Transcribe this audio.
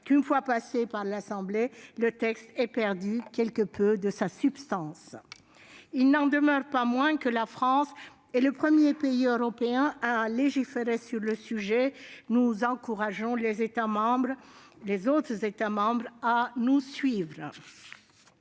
que, une fois passé devant l'Assemblée nationale, le texte ait perdu quelque peu de sa substance. Il n'en demeure pas moins que la France est le premier pays européen à légiférer sur ce sujet. Nous encourageons les autres États membres à nous suivre.